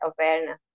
awareness